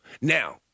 Now